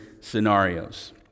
scenarios